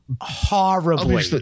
horribly